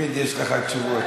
תמיד יש לך תשובות.